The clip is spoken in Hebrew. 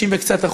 60% וקצת,